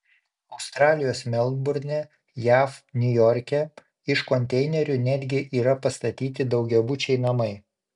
australijos melburne jav niujorke iš konteinerių netgi yra pastatyti daugiabučiai namai